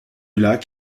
lac